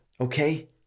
okay